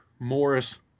Morris